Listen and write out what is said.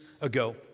ago